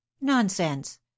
nonsense